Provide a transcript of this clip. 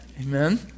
Amen